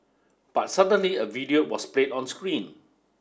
but suddenly a video was played on screen